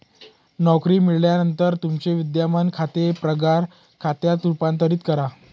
नोकरी मिळाल्यानंतर तुमचे विद्यमान खाते पगार खात्यात रूपांतरित करा